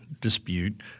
dispute